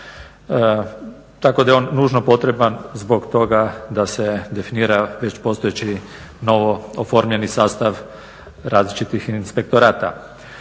Tako da je on nužno potreban zbog toga da se definira već postojeći novo oformljeni sastav različitih inspektorata.